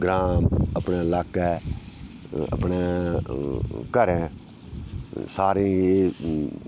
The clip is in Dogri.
ग्रांऽ अपने लाकै अपनै घरैं सारे एह